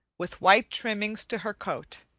with white trimmings to her coat.